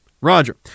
Roger